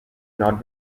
not